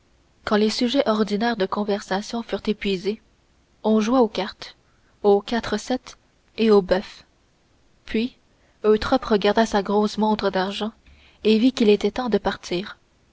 quand les sujets ordinaires de conversation furent épuisés l'on joua aux cartes au quatre sept et au boeuf puis eutrope regarda sa grosse montre d'argent et vit qu'il était temps de partir